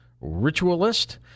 ritualist